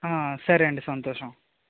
ఆ సరే అండి సంతోషం